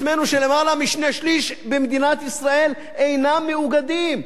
ישראל אינם מאוגדים או אין להם האפשרות או היכולת.